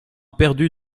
perdu